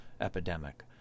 epidemic